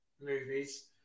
movies